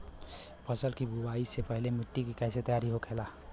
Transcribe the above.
फसल की बुवाई से पहले मिट्टी की कैसे तैयार होखेला?